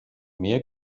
mehr